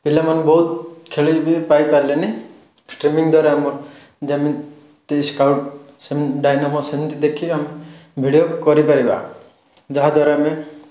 ପିଲାମାନେ ବହୁତ ଖେଳି ବି ପାଇପାରିଲେନି ଷ୍ଟ୍ରିମିଙ୍ଗ୍ ଦ୍ୱାରା ଆମର ଗେମିଙ୍ଗ୍ ସ୍କାଉଟ୍ ସେମି ଡାଇନାମୋ ସେମିତି ଦେଖି ଆମେ ଭିଡ଼ିଓ କରିପାରିବା ଯାହାଦ୍ୱାରା ଆମେ